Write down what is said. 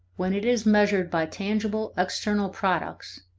when it is measured by tangible external products,